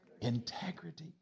Integrity